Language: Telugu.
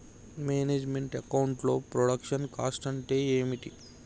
మేనేజ్ మెంట్ అకౌంట్ లో ప్రొడక్షన్ కాస్ట్ అంటే ఏమిటి?